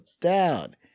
down